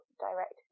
direct